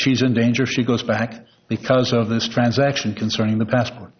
she's in danger she goes back because of this transaction concerning the passport